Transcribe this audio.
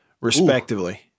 respectively